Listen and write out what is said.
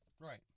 Right